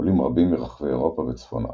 עולים רבים מרחבי אירופה וצפון אפריקה.